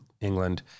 England